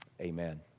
amen